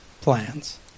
plans